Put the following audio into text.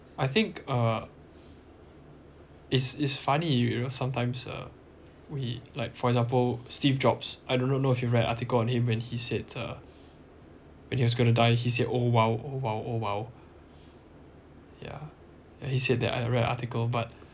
I think uh it's it's funny you know sometimes uh we like for example steve jobs I don't know if you've read an article on him when he said uh when he was going to die he said oh !wow! oh !wow! oh !wow! ya and he said that I read an article but